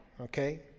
okay